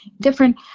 different